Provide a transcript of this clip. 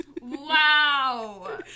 Wow